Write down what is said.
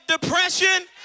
depression